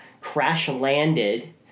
crash-landed